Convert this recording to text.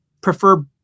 prefer